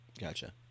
Gotcha